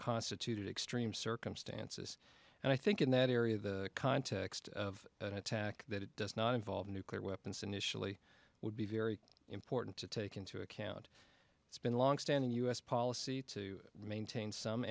constituted extreme circumstances and i think in that area the context of an attack that it does not involve nuclear weapons initially would be very important to take into account it's been a longstanding u s policy to maintain some